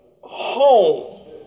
home